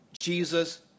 Jesus